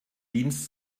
dienst